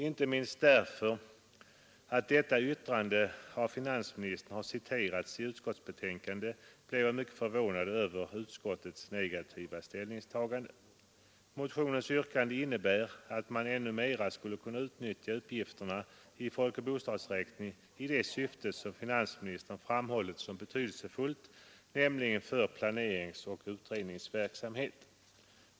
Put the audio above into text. Inte minst därför att detta yttrande av finansministern har citerats i utskottets betänkande blev jag mycket förvånad över utskottets negativa ställningstagande. Motionens yrkande innebär att man ännu mera skulle kunna utnyttja uppgifterna i folkoch bostadsräkningen i det syfte som finansministern framhållit som betydelsefullt, nämligen för planeringsoch utredningsverksamhet.